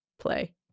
play